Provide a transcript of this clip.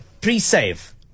pre-save